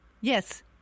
Yes